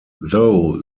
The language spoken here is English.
though